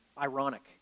Ironic